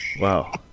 Wow